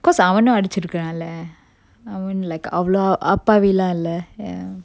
cause அவனும் அடிச்சு இருக்குறான்ல:avanum adichu irukkuranla I won't like அவ்வளவு அப்பாவிலாம் இல்ல:avvalavu appavilam illa ya